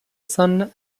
son